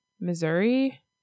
missouri